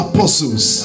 Apostles